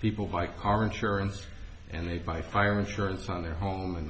people buy car insurance and they buy fire insurance on their home and the